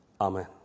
Amen